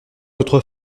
votre